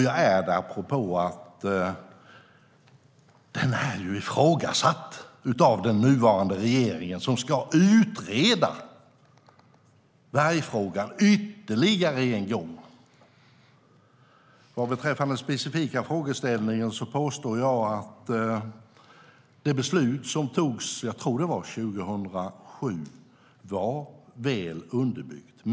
Jag är det apropå att jakten är ifrågasatt av den nuvarande regeringen, som ska utreda vargfrågan ytterligare en gång. Vad beträffar den specifika frågeställningen påstår jag att det beslut som togs - jag tror att det var 2007 - var väl underbyggt.